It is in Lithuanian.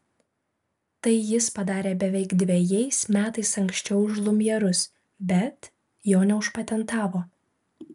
tai jis padarė beveik dvejais metais anksčiau už liumjerus bet jo neužpatentavo